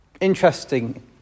Interesting